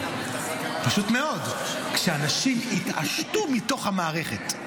פשוט מאוד, כשאנשים התעשתו מתוך המערכת.